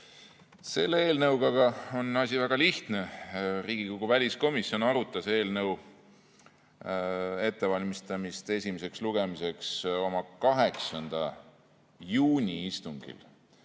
Selle eelnõuga on asi väga lihtne. Riigikogu väliskomisjon arutas eelnõu ettevalmistamist esimeseks lugemiseks oma 8. juuni istungil.